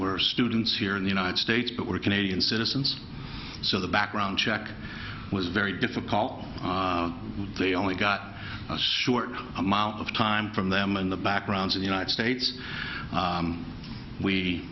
worst dence here in the united states but we're canadian citizens so the background check was very difficult they only got a short amount of time from them in the background in the united states